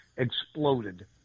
exploded